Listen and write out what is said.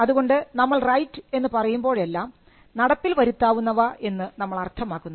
അതുകൊണ്ട് നമ്മൾ റൈറ്റ് എന്ന് പറയുമ്പോഴെല്ലാം നടപ്പിൽ വരുത്താവുന്നവ എന്ന് നമ്മൾ അർത്ഥമാക്കുന്നു